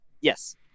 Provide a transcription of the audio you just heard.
Yes